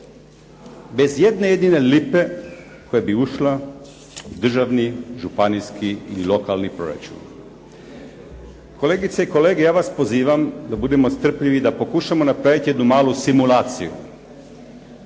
bez ijedne jedine lipe koja bi ušla u državni, županijski ili lokalni proračun. Kolegice i kolege, ja vas pozivam da budemo strpljivi, da pokušamo napravit jednu malu simulaciju,